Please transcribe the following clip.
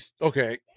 okay